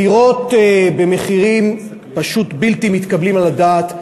דירות במחירים פשוט בלתי מתקבלים על הדעת,